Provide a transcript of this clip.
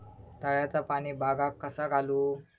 तळ्याचा पाणी बागाक कसा घालू?